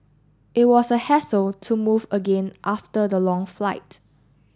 it was a hassle to move again after the long flight